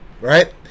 right